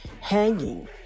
hanging